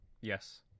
yes